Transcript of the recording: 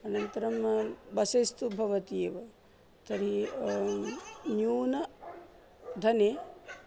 अनन्तरं बसेस् तु भवति एव तर्हि न्यूनधने